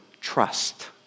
trust